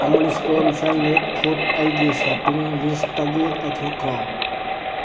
ꯑꯃꯨꯜ spray infant milk food ꯑꯩꯒꯤ shopping ꯂꯤꯁꯇꯒꯤ ꯂꯧꯊꯣꯛꯈ꯭ꯔꯣ